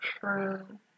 true